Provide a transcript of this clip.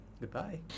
Goodbye